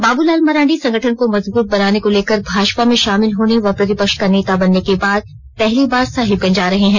बाबूलाल मरांडी संगठन को मजबूत बनाने को लेकर भाजपा में शामिल होने व प्रतिपक्ष का नेता बनने के बाद पहली बार साहिबगंज आ रहे हैं